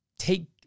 take